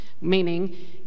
Meaning